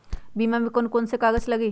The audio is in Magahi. बीमा में कौन कौन से कागज लगी?